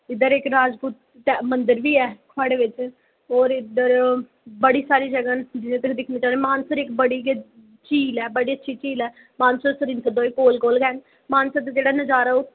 इद्धर इक्क राजपूत मंदर बी खोहाड़ै बिच होर इद्धर होर बड़ी सारी जगह न जेह्ड़ी तुस दिक्खना चाह्गे मानसर इक्क बड़ी ठीक ऐ बड़ी सुशील ऐ मानसर सरूईंसर दा कोल कोल गै न मानसर दा जेह्ड़ा नज़ारा ओह्